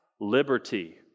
Liberty